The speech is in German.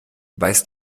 weiß